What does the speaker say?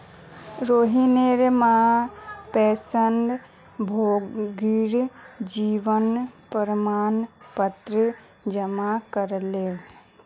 रोहिणीर मां पेंशनभोगीर जीवन प्रमाण पत्र जमा करले